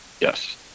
Yes